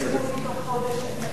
להגיד שבתוך חודש,